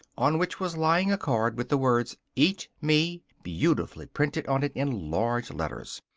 on which was lying a card with the words eat me beautifully printed on it in large letters.